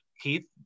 Keith